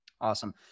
Awesome